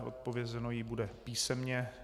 Odpovězeno jí bude písemně.